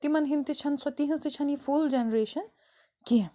تِمن ہنٛد تہِ چھَنہٕ سۄ تہنٛز تہٕ چھَنہٕ یہِ فُل جنریشَن کیٚنٛہہ